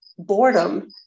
Boredom